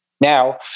Now